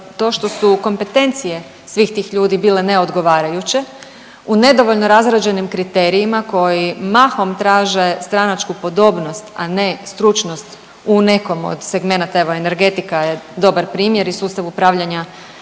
to što su kompetencije svih tih ljudi bile neodgovarajuće u nedovoljno razrađenim kriterijima koji mahom traže stranačku podobnost, a ne stručnost u nekom od segmenata. Evo energetika je dobar primjer i sustav upravljanja